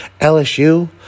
LSU